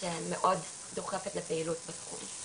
שמאוד דוחפת לפעילות בתחום.